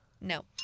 No